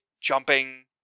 jumping